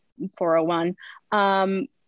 401